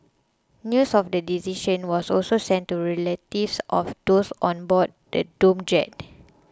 news of the decision was also sent to relatives of those on board the doomed jet